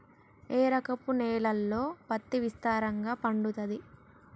ఏ రకపు నేలల్లో పత్తి విస్తారంగా పండుతది?